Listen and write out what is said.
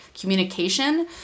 communication